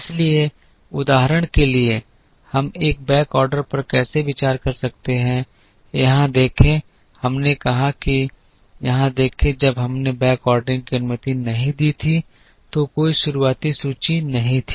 इसलिए उदाहरण के लिए हम एक बैकऑर्डर पर कैसे विचार कर सकते हैं यहां देखें हमने कहा कि यहां देखें जब हमने बैकऑर्डरिंग की अनुमति नहीं दी थी तो कोई शुरुआत सूची नहीं थी